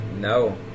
No